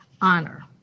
honor